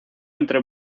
entre